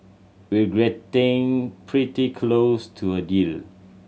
we're pretty close to a deal